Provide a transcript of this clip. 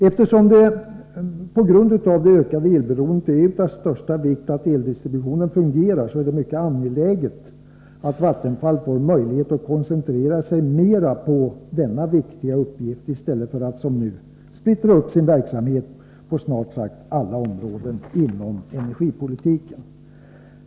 Eftersom det på grund av det ökade elberoendet är av största vikt att eldistributionen fungerar, är det mycket angeläget att Vattenfall får möjlighet att koncentrera sig mer på denna viktiga uppgift i stället för att som nu splittra upp sin verksamhet på snart sagt alla områden inom energipolitiken.